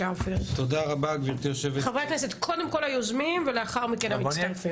דיון מאוד חשוב.